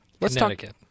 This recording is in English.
Connecticut